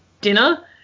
dinner